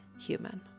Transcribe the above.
human